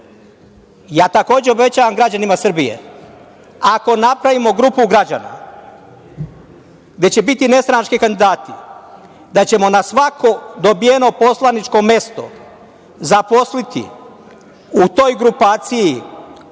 Takođe, obećavam građanima Srbije, ako napravimo grupu građana gde će biti nestranački kandidati, da ćemo na svako dobijeno poslaničko mesto zaposliti u toj grupaciji